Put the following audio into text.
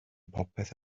popeth